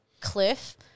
cliff